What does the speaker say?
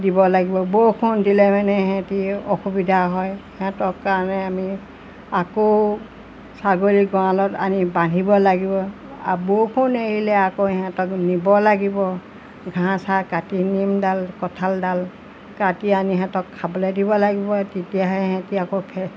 দিব লাগিব বৰষুণ দিলে মানে সিহঁতে অসুবিধা হয় সিহঁতৰ কাৰণে আমি আকৌ ছাগলী গঁড়ালত আনি বান্ধিব লাগিব আৰু বৰষুণ এৰিলে আকৌ সিহঁতক নিব লাগিব ঘাঁহ চাঁহ কাটি নিমডাল কঁঠালডাল কাটি আনি সিহঁতক খাবলৈ দিব লাগিব তেতিয়াহে সিহঁতি আকৌ